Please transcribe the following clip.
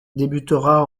débutera